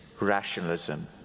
rationalism